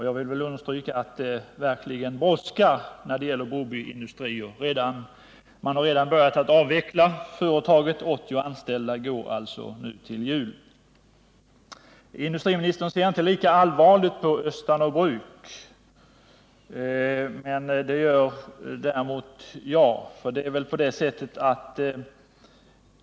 Jag vill understryka att det verkligen brådskar när det gäller Broby Industrier. Man har redan börjat att avveckla företaget — 80 anställda går nu till jul. Industriministern ser inte lika allvarligt på situationen för Östanå bruk. Det gör däremot jag.